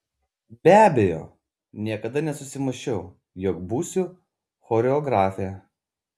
be abejo niekada nesusimąsčiau jog būsiu choreografė